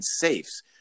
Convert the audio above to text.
safes